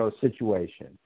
situation